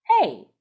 Hey